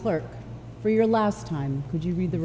clerk for your last time could you read the